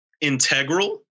integral